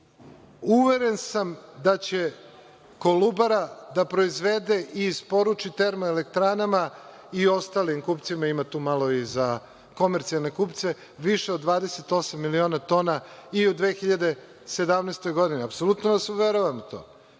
uveren sam da će „Kolubara“ da pro-izvede i isporuči termoelektranama i ostalim kupcima, ima tu malo i za komercijalne kupce, više od 28 miliona tona, i u 2017. godini. Apsolutno vas uveravam u